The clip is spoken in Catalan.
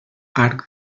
arc